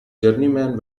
journeyman